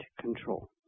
control